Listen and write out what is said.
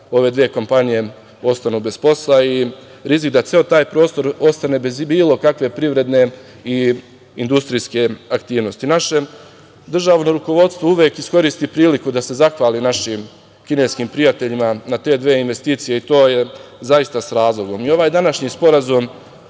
ove dve kompanije ostanu bez posla i rizik da ceo taj prostor ostane bez bilo kakve privredne i industrijske aktivnosti. Naše državne rukovodstvo uvek iskoristi priliku da se zahvali našim kineskim prijateljima na te dve investicije i to je zaista sa razlogom. I ovaj današnji sporazum,